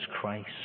Christ